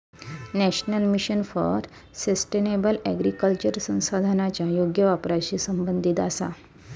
national mission for sustainable agriculture संसाधनांच्या योग्य वापराशी संबंधित आसा